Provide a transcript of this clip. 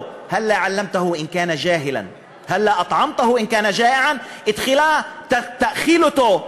בשפה הערבית ומתרגמם:) תחילה תאכיל אותו,